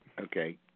Okay